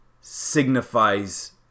signifies